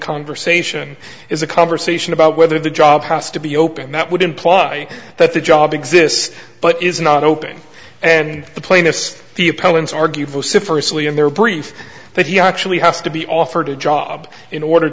conversation is a conversation about whether the job has to be open that would imply that the job exists but is not open and the plaintiffs the appellant's argue vociferous lee in their brief that he actually has to be offered a job in order